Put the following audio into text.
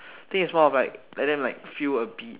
I think is one of like like them like feel a bit